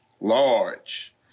large